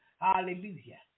Hallelujah